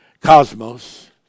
cosmos